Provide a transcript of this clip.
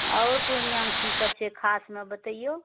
आरो पूर्णियामे की सब छै खासमे बतेऔ